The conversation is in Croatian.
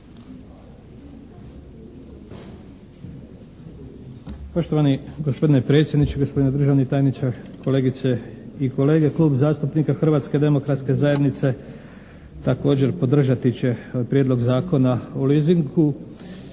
Poštovani gospodine predsjedniče, gospodine državni tajniče, kolegice i kolege. Klub zastupnika Hrvatske demokratske zajednice također podržati će Prijedlog zakona o leasingu.